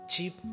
Cheap